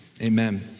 Amen